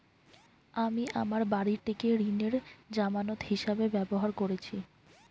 আমি আমার বাড়িটিকে ঋণের জামানত হিসাবে ব্যবহার করেছি